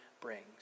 brings